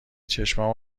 چشمام